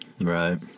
Right